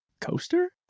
coaster